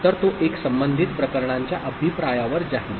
तर तो 1 संबंधित प्रकरणांच्या अभिप्रायावर जाईल